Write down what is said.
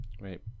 Right